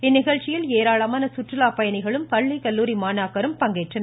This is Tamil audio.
இந்நிகழ்ச்சியில் ஏராளமான சுற்றுலா பயணிகளும் பள்ளிகல்லூரி மாணாக்கரும் பங்கேற்றனர்